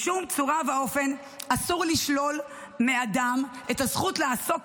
בשום צורה ואופן אסור לשלול מאדם את הזכות לעסוק